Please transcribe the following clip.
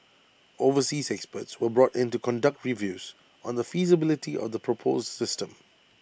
overseas experts were brought in to conduct reviews on the feasibility of the proposed system